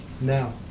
now